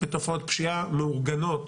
בתופעות פשיעה מאורגנות,